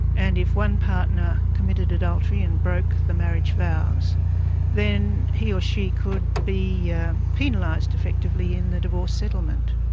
and if one partner committed adultery and broke the marriage vows then he or she could be yeah penalised effectively in the divorce settlement.